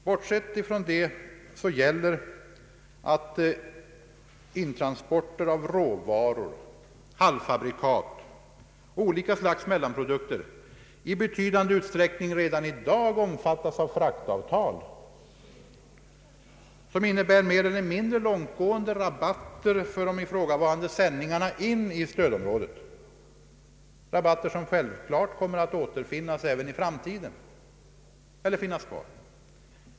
Bortsett från det gäller att intransporter av råvaror, halvfabrikat och olika slags mellanprodukter i betydlig utsträckning redan i dag omfattas av fraktavtal, som innebär mer eller mindre långtgående rabatter för de ifrågavarande sändningarna in i stödområdet, rabatter som givetvis kommer att finnas kvar även i framtiden.